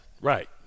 right